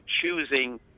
choosing